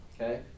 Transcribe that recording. Okay